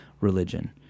religion